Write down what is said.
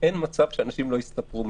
שפה זה לא לאישור הוועדה,